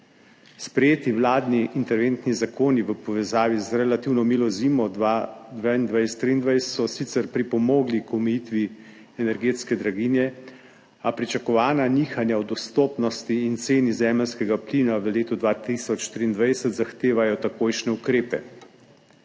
Sprejeti vladni interventni zakoni v povezavi z relativno milo zimo 2022–2023 so sicer pripomogli k omejitvi energetske draginje, a pričakovana nihanja o dostopnosti in ceni zemeljskega plina v letu 2023 zahtevajo takojšnje ukrepe.